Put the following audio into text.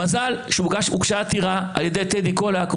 מזל שהוגשה עתירה על ידי טדי קולק,